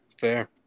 fair